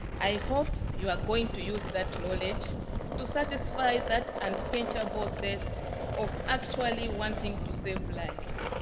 i hope you are going to use that knowledge to satisfy that unquenchable thirst of actually wanting to save lives.